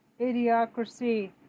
idiocracy